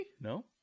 No